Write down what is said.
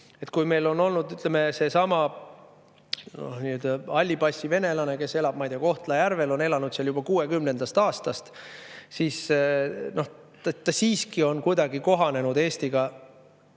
Meil on olnud seesama hallipassivenelane, kes elab, ma ei tea, Kohtla-Järvel, on elanud seal juba 1960. aastast. Ta on siiski kuidagi kohanenud Eestiga